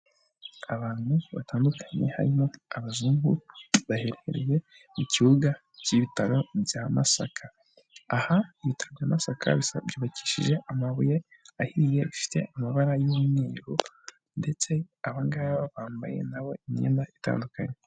Abantu batandukanye, harimo abazungu, baherereye mu kibuga cy'ibitaro bya Masaka, aha ibitaro bya Masaka byubakishije amabuye ahiye, bifite amabara y'umweru, ndetse abangaba bambaye nabo imyenda itandukanye.